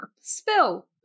Spill